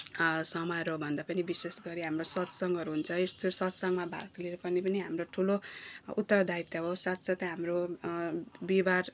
समारोह भन्दा पनि विशेष गरी हाम्रो सत्सङ्गहरू हुन्छ है यस्तो सत्सङ्गमा भाग लिएर पनि पनि हाम्रो ठुलो उत्तरदायित्व हो साथसाथै हाम्रो बिहिवार